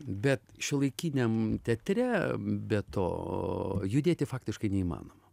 bet šiuolaikiniam teatre be to judėti faktiškai neįmanoma